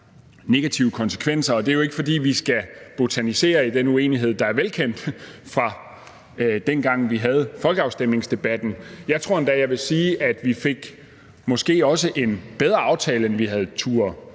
negative konsekvenser, og det er jo ikke, fordi vi skal botanisere i den uenighed, der er velkendt, fra dengang vi havde folkeafstemningsdebatten. Jeg tror endda, jeg vil sige, at vi måske også fik en bedre aftale, end vi havde turdet